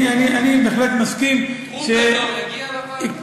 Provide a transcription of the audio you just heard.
אני בהחלט מסכים, טרומפלדור יגיע לוועדה?